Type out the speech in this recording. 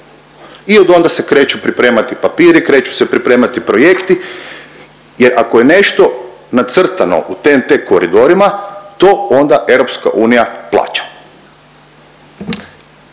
i od onda se kreću pripremati papiri, kreću se pripremati projekti jer ako je nešto nacrtano u TEN-T koridorima to onda EU plaća.